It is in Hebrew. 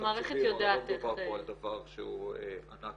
הרי לא מדובר פה על דבר שהוא ענק